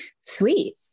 sweet